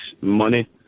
money